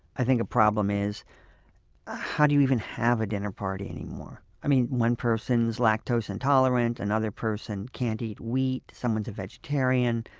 i think the problem is ah how do you even have a dinner party anymore? i mean one person is lactose intolerant, another person can't eat wheat, someone's a vegetarian,